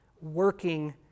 working